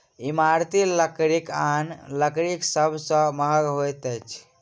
इमारती लकड़ी आन लकड़ी सभ सॅ महग होइत अछि